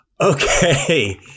Okay